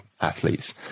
athletes